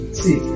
see